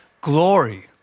Glory